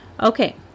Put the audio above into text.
Okay